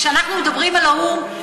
כשאנחנו מדברים על האו"ם,